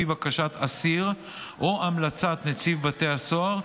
על פי בקשת אסיר או המלצת נציב בתי הסוהר,